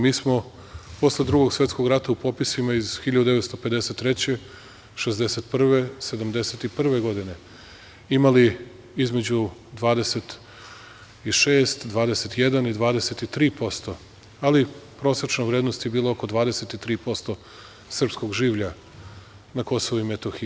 Mi smo posle Drugog svetskog rata u popisima iz 1953, 1961, 1971. godine imali između 26, 21 i 23%, ali prosečna vrednost je bila oko 23% srpskog življa na Kosovu i Metohiji.